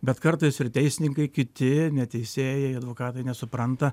bet kartais ir teisininkai kiti ne teisėjai advokatai nesupranta